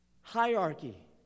hierarchy